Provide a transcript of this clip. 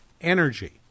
energy